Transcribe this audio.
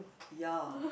ya